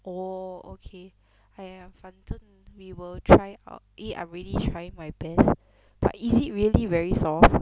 orh okay !aiya! 反正 we will try our eh I really trying my best but is it really very soft